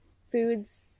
foods